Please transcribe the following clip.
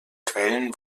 quellen